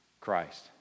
Christ